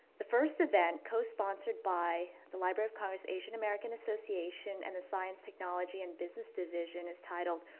the first event co-sponsored by the library of congress asian-american association and the science technology and business division is titled,